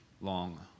long